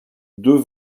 deux